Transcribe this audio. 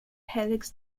helix